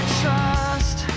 trust